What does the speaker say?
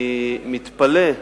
אני מתפלא,